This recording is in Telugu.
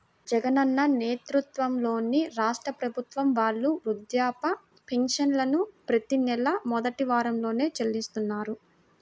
జగనన్న నేతృత్వంలోని రాష్ట్ర ప్రభుత్వం వాళ్ళు వృద్ధాప్య పెన్షన్లను ప్రతి నెలా మొదటి వారంలోనే చెల్లిస్తున్నారు